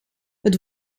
het